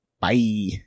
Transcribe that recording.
Bye